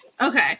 Okay